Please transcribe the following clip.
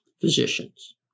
physicians